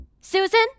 susan